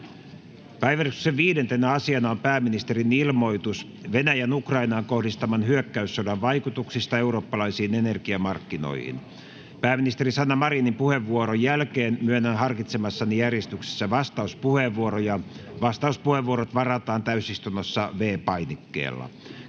Päiväjärjestyksen 5. asiana on pääministerin ilmoitus Venäjän Ukrainaan kohdistaman hyökkäyssodan vaikutuksista eurooppalaisiin energiamarkkinoihin. Pääministeri Sanna Marinin puheenvuoron jälkeen myönnän harkitsemassani järjestyksessä vastauspuheenvuoroja. Vastauspuheenvuorot varataan täysistunnossa V-painikkeella.